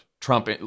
Trump